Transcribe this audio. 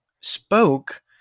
Spoke